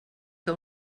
que